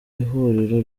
ihuriro